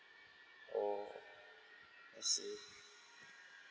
mm I see